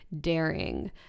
daring